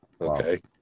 okay